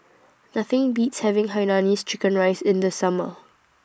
Nothing Beats having Hainanese Chicken Rice in The Summer